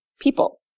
people